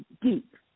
deep